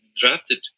drafted